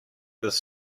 this